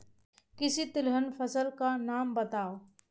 किसी तिलहन फसल का नाम बताओ